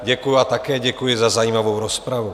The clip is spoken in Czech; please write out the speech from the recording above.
Děkuji a také děkuji za zajímavou rozpravu.